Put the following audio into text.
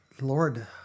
Lord